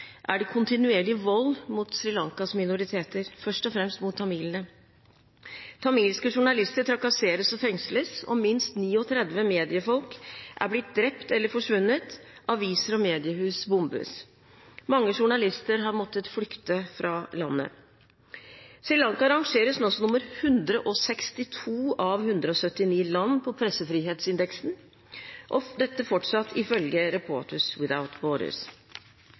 er det kontinuerlig vold mot Sri Lankas minoriteter, først og fremst mot tamilene. Tamilske journalister trakasseres og fengsles. Minst 39 mediefolk er blitt drept eller har forsvunnet. Aviser og mediehus bombes. Mange journalister har måttet flykte fra landet. Sri Lanka rangeres nå som nr. 162 av 179 land på pressefrihetsindeksen, dette fortsatt ifølge Reporters